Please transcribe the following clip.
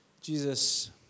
Jesus